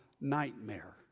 nightmare